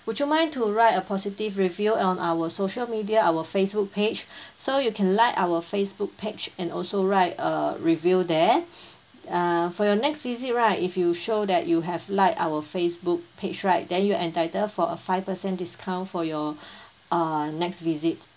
would you mind to write a positive review on our social media our facebook page so you can like our facebook page and also write a review there uh for your next visit right if you show that you have liked our facebook page right then you entitle for a five percent discount for your uh next visit